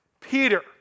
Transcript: Peter